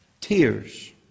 tears